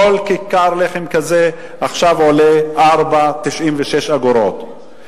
כל כיכר לחם כזאת עכשיו עולה 4.96 שקלים,